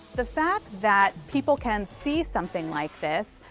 the fact that people can see something like this,